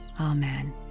Amen